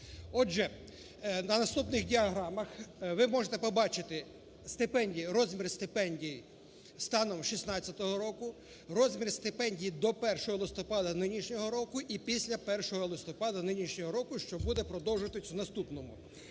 Отже, на наступних діаграмах ви можете побачити стипендії, розмір стипендій станом 2016 року, розмір стипендій до 1 листопада нинішнього року і після 1 листопада нинішнього року і що буде продовжуватися у наступному.